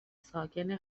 ساکن